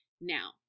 Now